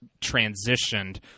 transitioned